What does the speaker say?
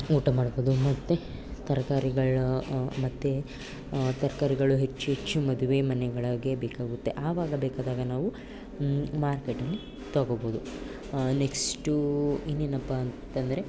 ಊಟ ಮಾಡ್ಬೌದು ಮತ್ತು ತರಕಾರಿಗಳನ್ನು ಮತ್ತೆ ತರಕಾರಿಗಳು ಹೆಚ್ಚು ಹೆಚ್ಚು ಮದುವೆ ಮನೆಗಳಿಗೆ ಬೇಕಾಗುತ್ತೆ ಆವಾಗ ಬೇಕಾದಾಗ ನಾವು ಮಾರ್ಕೆಟಲ್ಲಿ ತಗೋಬೌದು ನೆಕ್ಸ್ಟು ಇನೇನಪ್ಪಾ ಅಂತಂದರೆ